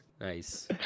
Nice